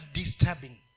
disturbing